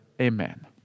Amen